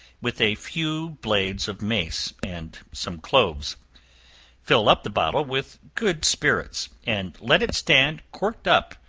with a few blades of mace, and some cloves fill up the bottle with good spirits, and let it stand corked up,